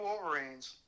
Wolverines